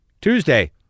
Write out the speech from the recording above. Tuesday